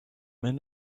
men